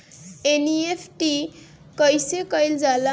NEFT कइसे कइल जाला?